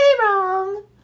wrong